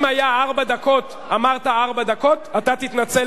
אם היה ארבע דקות, אמרת ארבע דקות, אתה תתנצל פה.